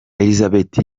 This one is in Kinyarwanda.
elisabeth